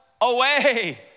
away